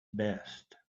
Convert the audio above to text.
best